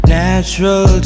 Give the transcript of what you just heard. natural